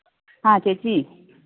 ആ ചേച്ചി